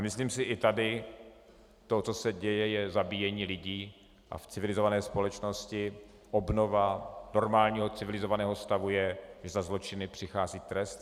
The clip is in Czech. Myslím si i tady, to, co se děje, je zabíjení lidí, a v civilizované společnosti obnova normálního civilizovaného stavu je, když za zločiny přichází trest.